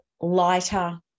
lighter